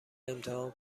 امتحان